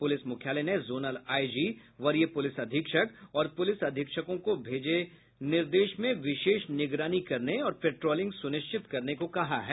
police मुख्यालय ने zonal IG IG वरीय पुलिस अधीक्षक और पुलिस अधीक्षकों को भेज निर्देश में विशेष निगरानी करने और पेट्रोलिंग सुनिश्चित करने को कहा है